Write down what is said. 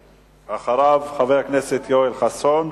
אחריו, חבר הכנסת יואל חסון,